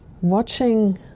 watching